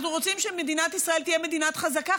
אנחנו רוצים שמדינת ישראל תהיה מדינה חזקה,